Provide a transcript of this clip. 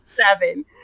seven